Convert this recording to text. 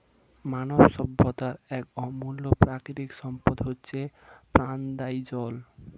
মানব সভ্যতার এক অমূল্য প্রাকৃতিক সম্পদ হচ্ছে প্রাণদায়ী জল